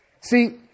See